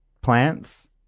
plants